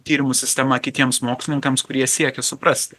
tyrimų sistema kitiems mokslininkams kurie siekia suprasti